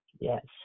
Yes